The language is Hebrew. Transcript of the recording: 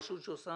רשות שעושה